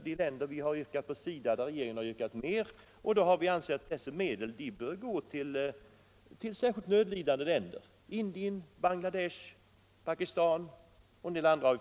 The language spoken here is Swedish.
Vi anser att de medel som därigenom frigörs bör gå till särskilt nödlidande länder: Indien, Bangladesh, Pakistan och andra.